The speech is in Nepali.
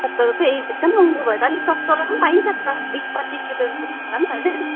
सत्तर रुपियाँ ए एकदम महँगो भयो त अलिक सस्तोवाला पनि पाइन्छ त बिस पच्चिस रुपियाँवाला पनि छैन